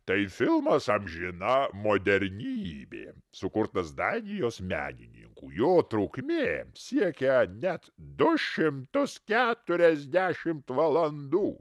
tai filmas amžina modernybė sukurtas danijos menininkų jo trukmė siekia net du šimtus keturiasdešimt valandų